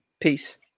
peace